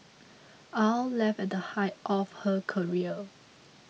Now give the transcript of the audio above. Aw left at the height of her career